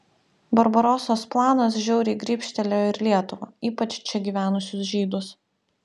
barbarosos planas žiauriai grybštelėjo ir lietuvą ypač čia gyvenusius žydus